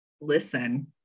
Listen